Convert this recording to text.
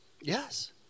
Yes